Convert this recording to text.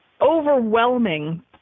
overwhelming